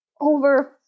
over